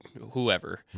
whoever